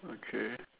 okay